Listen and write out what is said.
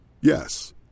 Yes